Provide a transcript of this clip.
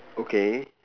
okay